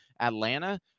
Atlanta